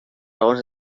raons